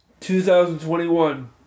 2021